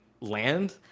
land